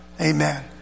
Amen